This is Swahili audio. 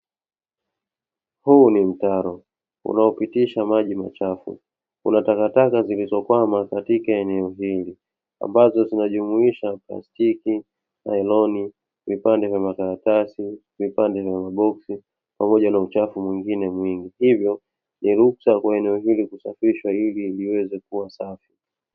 Huu ni mtaro, unaopitisha maji machafu, kuna takataka zilizokwama katika eneo hili, ambazo zinajumuisha plastiki, naironi vipande vya makaratasi, vipande vya maboksi, pamoja na uchafu mwingine mwingi hivyo ni ruhusa kwa eneo hili kusafishwa ili liweze kuwa safi.